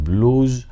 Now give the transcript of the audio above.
Blues